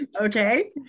Okay